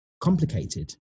complicated